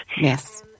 yes